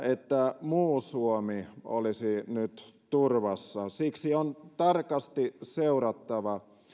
että muu suomi olisi nyt turvassa siksi on tarkasti seurattava